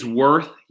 worth